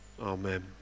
Amen